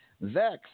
Vex